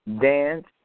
dance